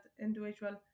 individual